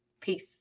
Peace